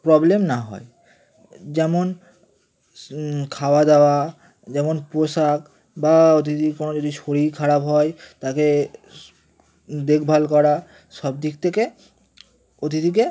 problem না হয় যেমন খাওয়া দাওয়া যেমন পোশাক বা অতিথির কোনো যদি শরীর খারাপ হয় তাকে দেখভাল করা সব দিক থেকে অতিথিকে